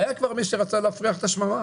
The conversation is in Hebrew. והיה כבר מי שרצה להפריח את השממה